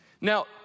Now